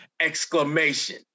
Exclamation